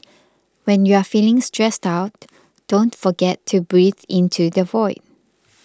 when you are feeling stressed out don't forget to breathe into the void